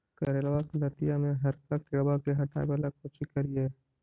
करेलबा के लतिया में हरका किड़बा के हटाबेला कोची करिए?